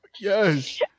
yes